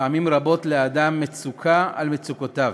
גורם פעמים רבות לאדם מצוקה על מצוקותיו.